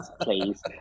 please